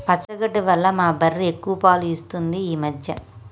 పచ్చగడ్డి వల్ల మా బర్రె ఎక్కువ పాలు ఇస్తుంది ఈ మధ్య